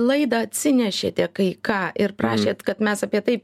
laidą atsinešėte kai ką ir prašėt kad mes apie tai